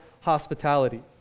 hospitality